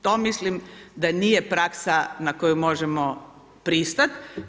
To mislim da nije praksa na koju možemo pristati.